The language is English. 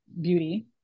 Beauty